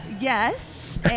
Yes